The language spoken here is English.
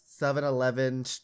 7-Eleven